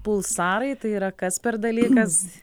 pulsarai tai yra kas per dalykas